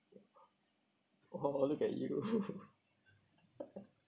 oh look at you